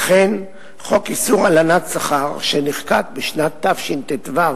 אכן, חוק איסור הלנת שכר, שנחקק בשנת תשט"ו,